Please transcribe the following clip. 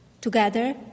Together